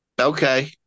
Okay